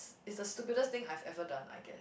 it's the stupidest thing I have ever done I guess